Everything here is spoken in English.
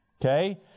okay